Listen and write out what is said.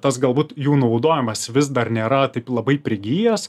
tas galbūt jų naudojimas vis dar nėra taip labai prigijęs